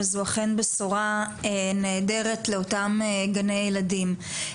וזו אכן בשורה נהדרת לאותם גני ילדים.